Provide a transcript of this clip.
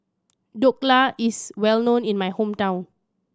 Dhokla is well known in my hometown